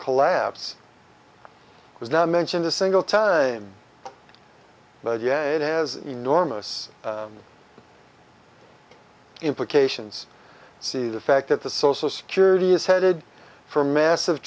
collapse was now mentioned a single time but yeah it has enormous implications see the fact that the social security is headed for massive